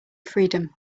freedom